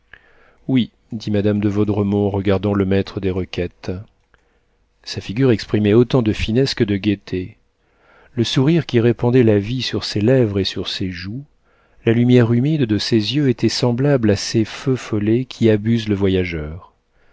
oui dit madame de vaudremont en regardant le maître des requêtes sa figure exprimait autant de finesse que de gaieté le sourire qui répandait la vie sur ses lèvres et sur ses joues la lumière humide de ses yeux étaient semblables à ces feux follets qui abusent le voyageur